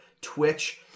twitch